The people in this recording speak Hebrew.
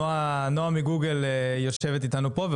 נועה מגוגל יושבת איתנו פה.